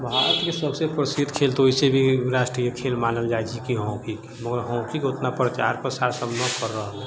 भारतके सबसँ प्रसिद्ध खेल तऽ वैसे भी राष्ट्रीय खेल मानल जाइ छै की हॉकीके मगर हॉकीके उतना प्रचार प्रसार सब ना कर रहल छै